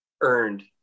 earned